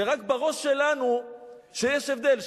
זה רק בראש שלנו שיש הבדל,